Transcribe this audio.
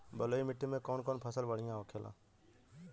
बलुई मिट्टी में कौन कौन फसल बढ़ियां होखेला?